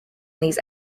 these